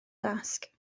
dasg